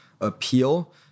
appeal